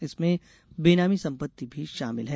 इसमें बेनामी संपित्त भी शामिल है